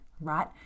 right